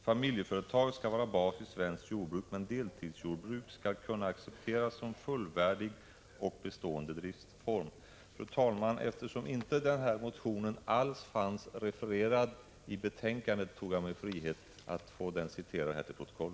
Familjeföretag skall vara bas i svenskt jordbruk men deltidsjordbruk skall kunna accepteras som fullvärdig och bestående driftsform.” Fru talman! Eftersom denna motion inte alls behandlats i betänkandet har jag tagit mig friheten att citera ur den till kammarens protokoll.